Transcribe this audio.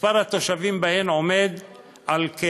מספר התושבים בהן כ-52,000,